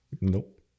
Nope